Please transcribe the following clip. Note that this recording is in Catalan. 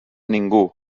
ningú